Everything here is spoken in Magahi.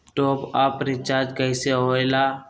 टाँप अप रिचार्ज कइसे होएला?